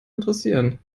interessieren